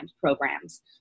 programs